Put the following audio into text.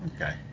Okay